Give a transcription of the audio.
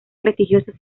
prestigiosos